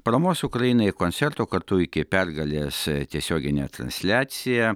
paramos ukrainai koncerto kartu iki pergalės tiesioginę transliaciją